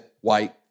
white